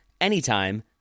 anytime